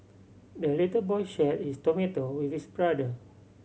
the little boy shared his tomato with his brother